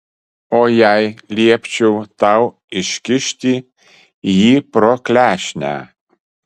o jei liepčiau tau iškišti jį pro klešnę